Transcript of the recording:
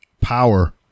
power